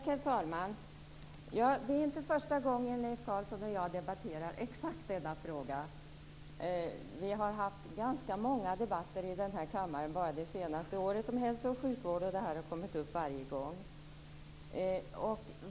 Herr talman! Det är inte första gången Leif Carlson och jag debatterar exakt denna fråga. Vi har haft ganska många debatter här i kammaren bara under det senaste året om hälso och sjukvård, och den här frågan har kommit upp varje gång.